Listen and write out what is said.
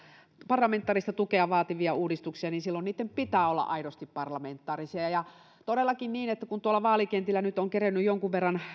parlamentaarista tukea vaativia uudistuksia silloin niitten pitää olla aidosti parlamentaarisia todellakin kun tuolla vaalikentillä nyt on kerennyt jonkun verran